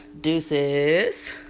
Deuces